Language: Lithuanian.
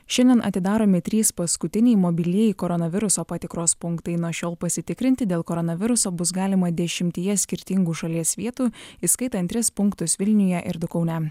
šiandien atidaromi trys paskutiniai mobilieji koronaviruso patikros punktai nuo šiol pasitikrinti dėl koronaviruso bus galima dešimtyje skirtingų šalies vietų įskaitant tris punktus vilniuje ir du kaune